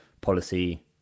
policy